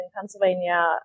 Pennsylvania